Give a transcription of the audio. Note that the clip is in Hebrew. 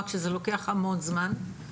רק שזה לוקח המון זמן.